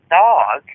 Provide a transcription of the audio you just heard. dog